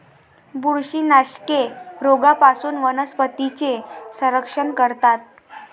बुरशीनाशके रोगांपासून वनस्पतींचे संरक्षण करतात